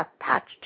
attached